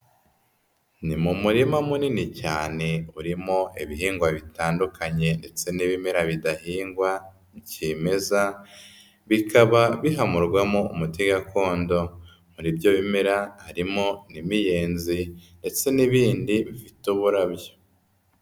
Ni mu murima munini cyane urimo ibihingwa bitandukanye ndetse n'ibimera bidahingwa kimeza, bikaba bihamurwamo umuti gakondo. Muri ibyo bimera harimo n'imiyenzi ndetse n'ibindi bifite uburabyo.